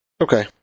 okay